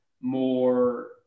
more